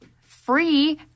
free